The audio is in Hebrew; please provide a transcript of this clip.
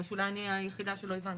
או שאולי אני היחידה שלא הבנתי?